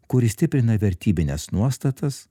kuri stiprina vertybines nuostatas